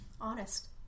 honest